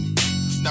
Now